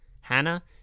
Hannah